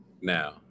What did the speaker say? now